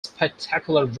spectacular